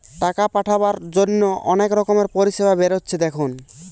টাকা পাঠাবার জন্যে অনেক রকমের পরিষেবা বেরাচ্ছে দেখুন